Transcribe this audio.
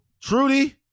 Trudy